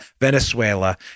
Venezuela